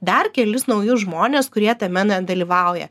dar kelis naujus žmones kurie tame nedalyvauja